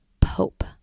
Pope